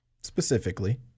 Specifically